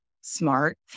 smart